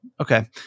Okay